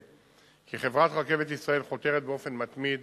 כי חברת "רכבת ישראל" חותרת באופן מתמיד